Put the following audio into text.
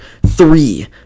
Three